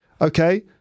Okay